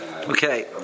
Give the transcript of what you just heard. Okay